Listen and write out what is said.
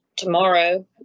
Tomorrow